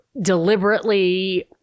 deliberately